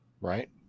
Right